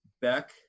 Beck